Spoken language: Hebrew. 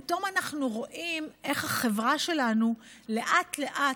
פתאום אנחנו רואים איך החברה שלנו לאט-לאט